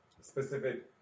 specific